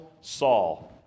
Saul